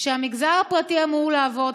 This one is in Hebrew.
כשהמגזר הפרטי אמור לעבוד,